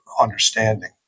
understanding